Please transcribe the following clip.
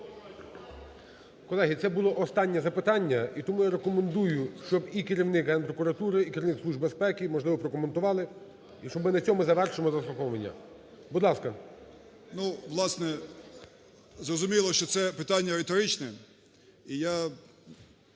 Колеги, це було останнє запитання. І тому я рекомендую, щоб і керівник Герпрокуратури, і керівник Служби безпеки, можливо, прокоментували. І щоб ми на цьому завершили заслуховування. Будь ласка. 14:05:14 ЛУЦЕНКО Ю.В. Ну, власне, зрозуміло, що це питання риторичне.